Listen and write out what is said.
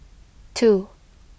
two